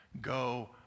go